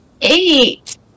eight